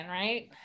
Right